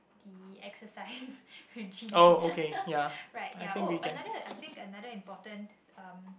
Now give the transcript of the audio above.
the exercise regime right ya oh another I think another important um